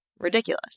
ridiculous